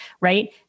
right